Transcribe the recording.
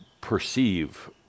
perceive